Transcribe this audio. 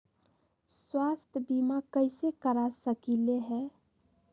स्वाथ्य बीमा कैसे करा सकीले है?